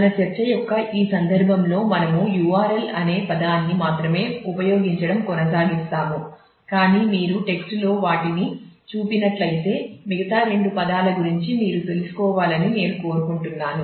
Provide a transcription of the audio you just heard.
మన చర్చ యొక్క ఈ సందర్భంలో మనము URL అనే పదాన్ని మాత్రమే ఉపయోగించడం కొనసాగిస్తాము కాని మీరు టెక్స్ట్లో వాటిని చూసినట్లయితే మిగతా రెండు పదాల గురించి మీరు తెలుసుకోవాలని నేను కోరుకున్నాను